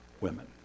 women